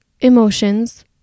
emotions